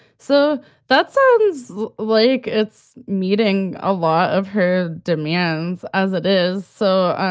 so that sounds like it's meeting a lot of her demands as it is. so.